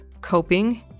coping